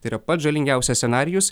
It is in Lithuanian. tai yra pats žalingiausias scenarijus